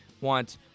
want